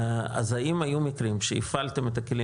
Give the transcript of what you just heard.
אז האם היו מקרים שהפעלתם את הכלים